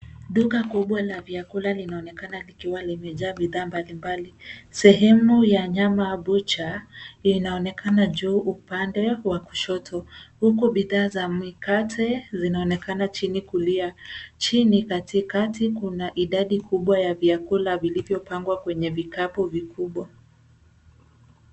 Duka kubwa la vyakula linaonekana likiwa limejaa bidhaa mbalimbali. Sehemu ya nyama au bucha inaonekana juu upande wa kushoto huku bidhaa za mikate zinaonekana chini kulia. Chini katika kuna idadi kubwa ya vyakula vilivyopangwa kwenye vikapu vikubwa.